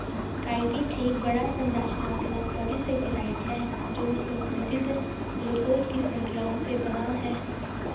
chitin एक बड़ा, संरचनात्मक पॉलीसेकेराइड है जो संशोधित ग्लूकोज की श्रृंखलाओं से बना है